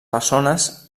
persones